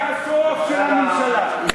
זה הסוף של הממשלה.